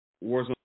wars